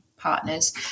partners